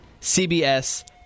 CBS